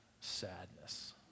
sadness